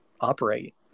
operate